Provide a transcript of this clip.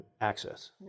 access